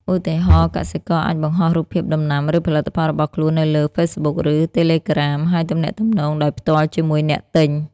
ឧទាហរណ៍ កសិករអាចបង្ហោះរូបភាពដំណាំ ឬផលិតផលរបស់ខ្លួននៅលើ Facebook ឬ Telegram ហើយទំនាក់ទំនងដោយផ្ទាល់ជាមួយអ្នកទិញ។